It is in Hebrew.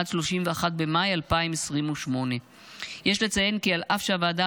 עד 31 במאי 2028. יש לציין כי אף שהוועדה